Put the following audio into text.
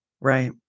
right